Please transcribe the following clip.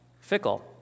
fickle